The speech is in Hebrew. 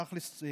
בתכלס,